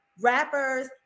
rappers